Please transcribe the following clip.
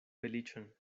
feliĉon